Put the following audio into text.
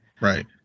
Right